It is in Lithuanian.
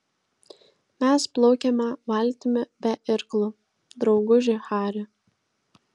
mes plaukiame valtimi be irklų drauguži hari